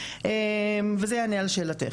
וזה יענה על שאלתך.